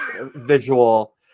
visual